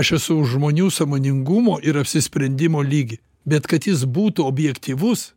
aš esu už žmonių sąmoningumo ir apsisprendimo lygį bet kad jis būtų objektyvus